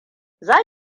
za